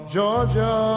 Georgia